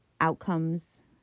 outcomes